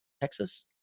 Texas